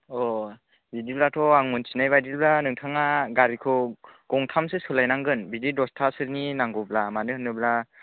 अ बिदिब्लाथ' आं मिन्थिनाय बायदिब्ला नोंथाङा गारिखौ गंथामसो सोलाय नांगोन बिदि दसथासोनि नांगौब्ला मानो होनोब्ला